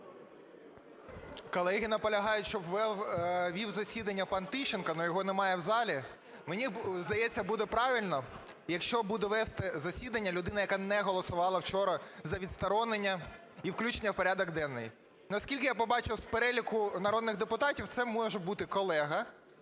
Колеги, наполягають, щоб вів засідання пан Тищенко, но його немає в залі. Мені здається, буде правильно, якщо буде вести засідання людина, яка не голосувала вчора за відсторонення і включення в порядок денний. Наскільки я побачив з переліку народних депутатів, це може бути колега